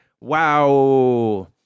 Wow